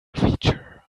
creature